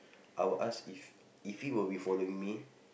I will ask if if he will be following me